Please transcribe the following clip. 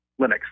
Linux